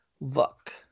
look